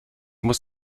muss